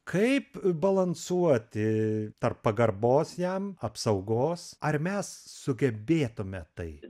kaip balansuoti tarp pagarbos jam apsaugos ar mes sugebėtume tai